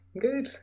good